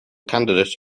candidate